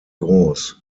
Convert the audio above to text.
groß